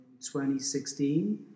2016